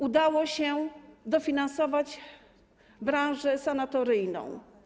Udało się dofinansować branżę sanatoryjną.